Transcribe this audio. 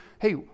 Hey